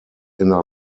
inner